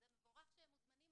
זה מבורך שהם מוזמנים.